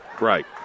Right